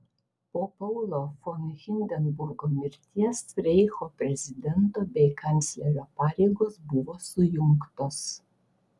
po paulo von hindenburgo mirties reicho prezidento bei kanclerio pareigos buvo sujungtos